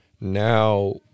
now